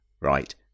right